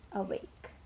awake